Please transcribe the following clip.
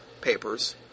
papers